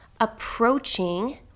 approaching